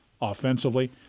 offensively